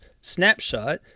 snapshot